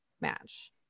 match